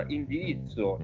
indirizzo